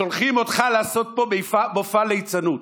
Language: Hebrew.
שולחים אותך לעשות פה מופע ליצנות,